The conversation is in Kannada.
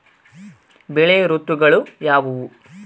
ಬೆಳೆ ಋತುಗಳು ಯಾವ್ಯಾವು?